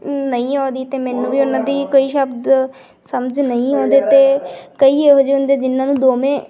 ਨਹੀਂ ਆਉਂਦੀ ਅਤੇ ਮੈਨੂੰ ਵੀ ਉਹਨਾਂ ਦੀ ਕਈ ਸ਼ਬਦ ਸਮਝ ਨਹੀਂ ਆਉਂਦੇ ਅਤੇ ਕਈ ਇਹੋ ਜਿਹੇ ਹੁੰਦੇ ਜਿਹਨਾਂ ਨੂੰ ਦੋਵੇਂ